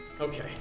Okay